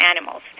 animals